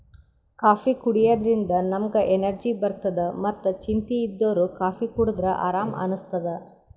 coffee ಕುಡ್ಯದ್ರಿನ್ದ ನಮ್ಗ್ energy ಬರ್ತದ್ ಮತ್ತ್ ಚಿಂತಿ ಇದ್ದೋರ್ ಕಾಫೀ ಕುಡದ್ರ್ ಆರಾಮ್ ಅನಸ್ತದ್